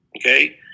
Okay